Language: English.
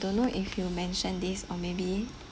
I don't know if you mentioned this or maybe